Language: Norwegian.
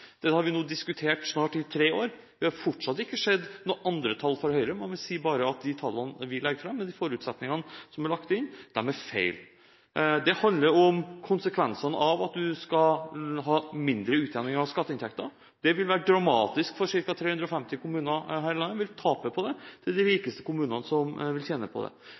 Dette har vi nå diskutert i snart tre år, og vi har fortsatt ikke sett noen andre tall fra Høyre. De sier bare at de tallene vi legger fram, de forutsetningene som er lagt inn, er feil. Det handler om konsekvensene av at man skal ha mindre utjevning av skatteinntektene. Det vil være dramatisk for ca. 350 kommuner her i landet, som vil tape på det. Det er de rikeste kommunene som vil tjene på det.